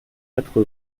quatre